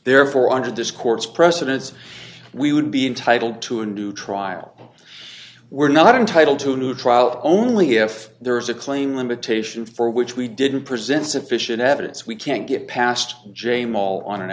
therefore under discords precedents we would be entitled to a new trial we're not entitled to a new trial only if there is a claim limitation for which we didn't present sufficient evidence we can't get past j mall on an